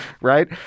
right